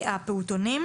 הפעוטונים.